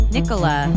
Nicola